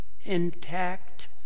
intact